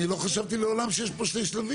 אני לא חשבתי לעולם שיש פה שני שלבים.